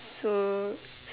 so